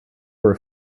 were